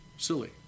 Silly